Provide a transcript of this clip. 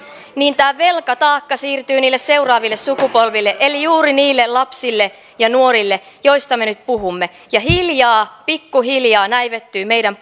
tämä velkataakka siirtyy niille seuraaville sukupolville eli juuri niille lapsille ja nuorille joista me nyt puhumme ja hiljaa pikkuhiljaa näivettyvät meidän